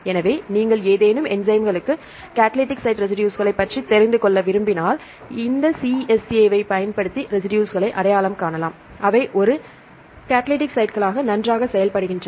எனவே நீங்கள் ஏதேனும் என்சைம்களுக்கு கடலிடிக் சைட் ரெசிடுஸ்களைப் பற்றி தெரிந்து கொள்ள விரும்பினால் இந்த CSA வைப் பயன்படுத்தி ரெசிடுஸ்களை அடையாளம் காணலாம் அவை ஒரு கடலிடிக் சைட்களாக நன்றாக செயல்படுகின்றன